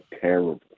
terrible